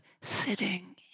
sitting